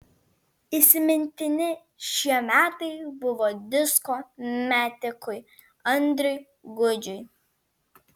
įsimintini šie metai buvo disko metikui andriui gudžiui